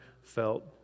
felt